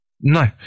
No